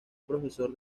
profesor